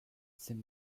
cette